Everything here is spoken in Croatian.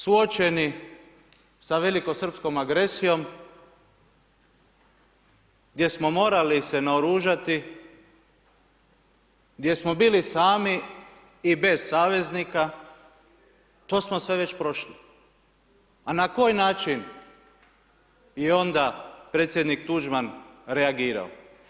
Suočeni sa velikosrpskom agresijom gdje smo morali se naoružati, gdje smo bili sami i bez saveznika, to smo sve već prošli, a na koji način je onda predsjednik Tuđman reagirao?